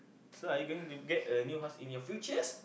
so are you going to get a new house in your futures